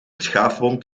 schaafwond